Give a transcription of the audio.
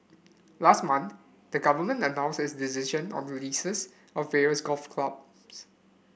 last month the government announced its decision on the leases of various golf clubs